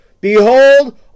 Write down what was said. Behold